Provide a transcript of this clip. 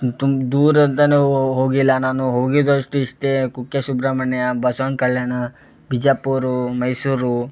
ತುಂಬ ದೂರತನಕ ಹೋಗಿಲ್ಲ ನಾನು ಹೋಗಿದ್ದಷ್ಟು ಇಷ್ಟೇ ಕುಕ್ಕೆ ಸುಬ್ರಹ್ಮಣ್ಯ ಬಸವನ ಕಲ್ಯಾಣ ಬಿಜಾಪುರ ಮೈಸೂರು